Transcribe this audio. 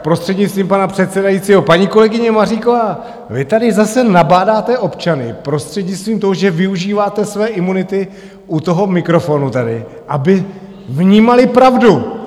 Prostřednictvím pana předsedajícího, paní kolegyně Maříková, vy tady zase nabádáte občany prostřednictvím toho, že využíváte své imunity u toho mikrofonu tady, aby vnímali pravdu!